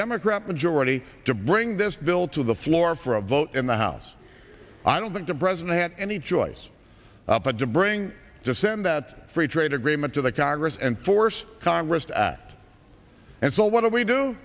democrat majority to bring this bill to the floor for a vote in the house i don't think the president had any choice but to bring to send that free trade agreement to the congress and force congress to act and so what do we do